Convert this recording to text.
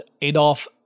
Adolf